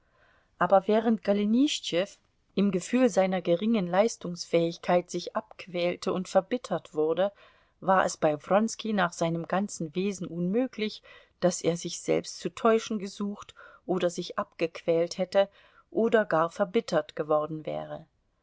aber während golenischtschew im gefühl seiner geringen leistungsfähigkeit sich abquälte und verbittert wurde war es bei wronski nach seinem ganzen wesen unmöglich daß er sich selbst zu täuschen gesucht oder sich abgequält hätte oder gar verbittert worden wäre